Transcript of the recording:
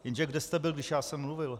Jenže kde jste byl, když já jsem mluvil?